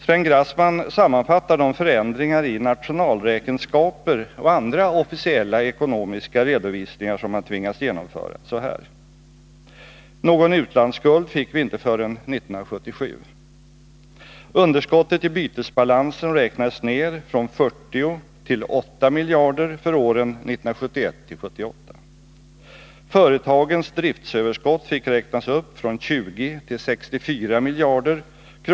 Sven Grassman sammanfattar de förändringar i nationalräkenskaper och andra officiella ekonomiska redovisningar som man har tvingats genomföra: ”Någon utlandsskuld fick vi inte förrän 1977, underskottet i bytesbalansen räknades ned från 40 till 8 miljarder för åren 1971-78, företagens driftsöverskott fick räknas upp från 20 till 64 miljarder kr.